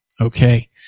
Okay